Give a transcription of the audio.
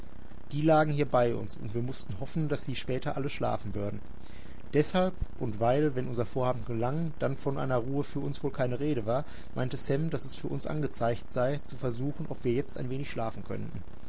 die lagen hier bei uns und wir mußten hoffen daß sie später alle schlafen würden deshalb und weil wenn unser vorhaben gelang dann von einer ruhe für uns wohl keine rede war meinte sam daß es für uns angezeigt sei zu versuchen ob wir jetzt ein wenig schlafen könnten